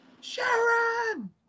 Sharon